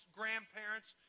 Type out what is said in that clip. grandparents